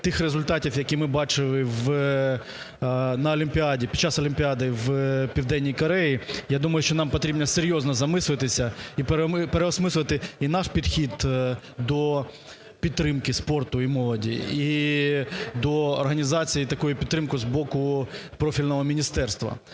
тих результатів, які ми бачили під час Олімпіади в Південній Кореї, я думаю, що нам потрібно серйозно замислитися я переосмислити і наш підхід до підтримки спорту і молоді, і до організації такої підтримки з боку профільного міністерства